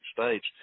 states